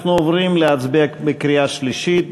אנחנו עוברים להצביע בקריאה שלישית.